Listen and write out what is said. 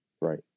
Right